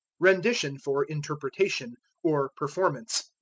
rendition for interpretation, or performance.